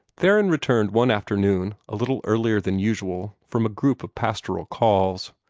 theron returned one afternoon, a little earlier than usual, from a group of pastoral calls.